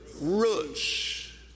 roots